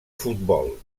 futbol